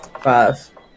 Five